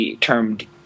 termed